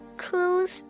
clues